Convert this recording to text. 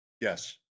Yes